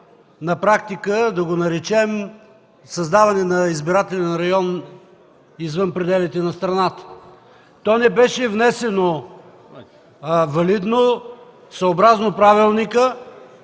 На практика да го наречем за създаване на избирателен район извън пределите на страната. То не беше внесено валидно, съобразно правилника,